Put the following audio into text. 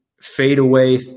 fadeaway